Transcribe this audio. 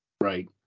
right